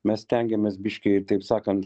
mes stengiamės biškį taip sakant